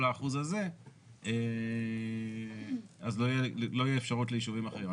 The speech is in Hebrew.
האחוז הזה לא תהיה אפשרות ליישובים אחרים.